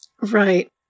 Right